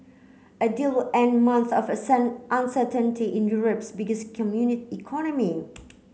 a deal would end months of uncertainty in Europe's biggest economy